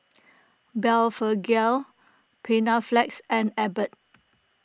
Blephagel Panaflex and Abbott